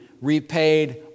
repaid